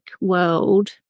world